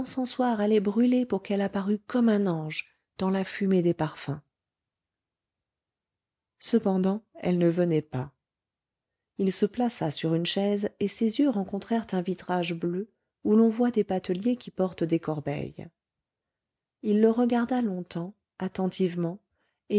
encensoirs allaient brûler pour qu'elle apparût comme un ange dans la fumée des parfums cependant elle ne venait pas il se plaça sur une chaise et ses yeux rencontrèrent un vitrage bleu où l'on voit des bateliers qui portent des corbeilles il le regarda longtemps attentivement